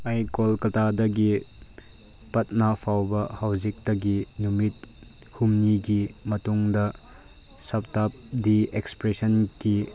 ꯑꯩ ꯀꯣꯜꯀꯇꯥꯗꯒꯤ ꯄꯠꯅꯥꯐꯥꯎꯕ ꯍꯧꯖꯤꯛꯇꯒꯤ ꯅꯨꯃꯤꯠ ꯍꯨꯝꯅꯤꯒꯤ ꯃꯇꯨꯡꯗ ꯁꯇꯥꯞꯗꯤ ꯑꯦꯛꯁꯄ꯭ꯔꯦꯁꯟ ꯗꯤ